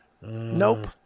Nope